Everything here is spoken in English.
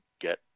get